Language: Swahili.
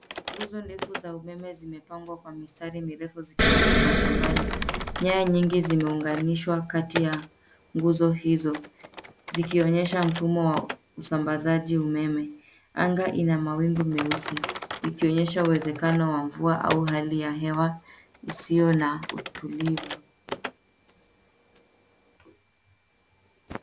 Nguzo ndefu za umeme zimepangwa kwa mistari mirefu zikipita mashambani. Nyaya nyingi zimeunganishwa kati ya nguzo hizo zikionyesha mfumo wa usambazaji umeme. Anga ina mawingu meusi ikionyesha uwezekano wa mvua au hali ya hewa isiyo na utulivu.